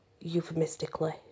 euphemistically